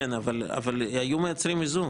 כן, אבל היו מייצרים איזון.